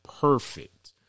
perfect